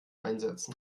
einsetzen